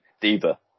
Diva